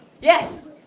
yes